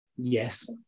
yes